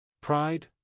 Pride